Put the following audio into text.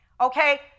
okay